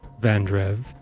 Vandrev